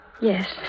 Yes